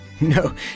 No